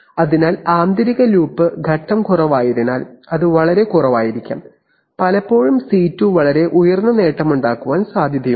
അതിനാൽ ആന്തരിക ലൂപ്പ് ഘട്ടം കുറവായതിനാൽ അത് വളരെ കുറവായിരിക്കാം പലപ്പോഴും സി 2 വളരെ ഉയർന്ന നേട്ടമുണ്ടാക്കാൻ സാധ്യതയുണ്ട്